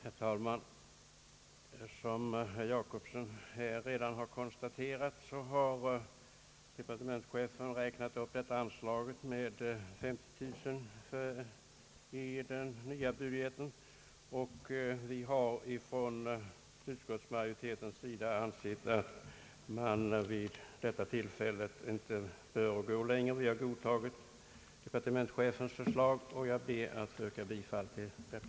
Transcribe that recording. Herr talman! Som herr Jacobsson redan konstaterat har departementschefen räknat upp anslaget med 50 000 kronor i den nya budgeten. Utskottsmajoriteten har ansett att man vid detta tillfälle inte bör gå längre. Vi har godtagit departementschefens förslag, och jag ber att få yrka bifall till detta.